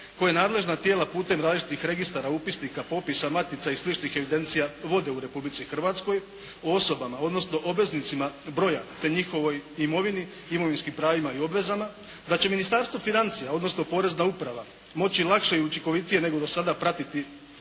koje nadležna tijela putem različitih registara, upisnika, popisa, matica i sličnih evidencija vode u Republici Hrvatskoj, o osobama, odnosno obveznicima broja te njihovoj imovini, imovinskim pravima i obvezama, da će ministarstvo financija, odnosno porezna uprava moči lakše i učinkovitije, nego do sada pratiti